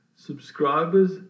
Subscribers